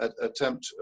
attempt